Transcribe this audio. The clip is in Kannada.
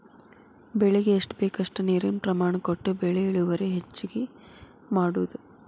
ಬೆಳಿಗೆ ಎಷ್ಟ ಬೇಕಷ್ಟ ನೇರಿನ ಪ್ರಮಾಣ ಕೊಟ್ಟ ಬೆಳಿ ಇಳುವರಿ ಹೆಚ್ಚಗಿ ಮಾಡುದು